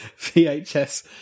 VHS